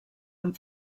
amb